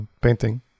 painting